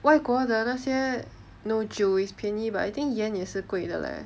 外国的那些 no 酒 is 便宜 but I think 烟也是贵的 leh